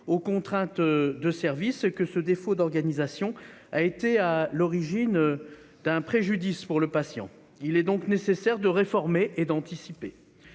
aux contraintes de service et que ce défaut d'organisation a été à l'origine d'un préjudice pour le patient. Il est donc nécessaire de réformer et d'anticiper.